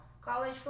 College